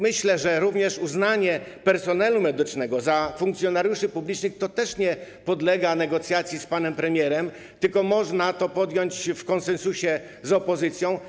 Myślę, że uznanie personelu medycznego za funkcjonariuszy publicznych też nie podlega negocjacji z panem premierem, tylko można to podjąć w konsensusie z opozycją.